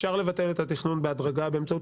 אפשר לבטל את התכנון בהדרגה באמצעות